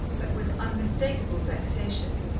but with unmistakable vexation,